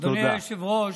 היושב-ראש,